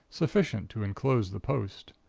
sufficient to enclose the post.